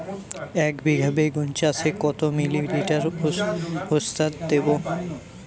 একবিঘা বেগুন চাষে কত মিলি লিটার ওস্তাদ দেবো?